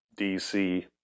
DC